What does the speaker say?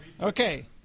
Okay